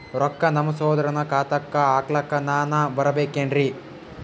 ರೊಕ್ಕ ನಮ್ಮಸಹೋದರನ ಖಾತಾಕ್ಕ ಹಾಕ್ಲಕ ನಾನಾ ಬರಬೇಕೆನ್ರೀ?